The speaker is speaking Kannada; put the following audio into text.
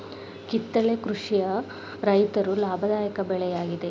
ಕಿತ್ತಳೆ ಕೃಷಿಯ ರೈತರು ಲಾಭದಾಯಕ ಬೆಳೆ ಯಾಗಿದೆ